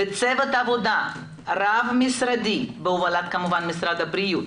צוות עבודה רב-משרדי בהובלת כמובן משרד הבריאות